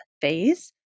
phase